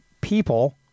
people